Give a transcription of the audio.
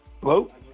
Hello